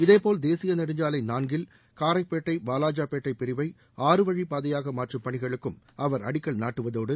இதேபோல் தேசிய நெடுஞ்சாலை நான்கில் காரைப்பேட்டை வாவாஜாபேட்டை பிரிவை ஆறுவழிப் பாதையாக மாற்றும் பணிகளுக்கும் அவர் அடிக்கல் நாட்டுவதோடு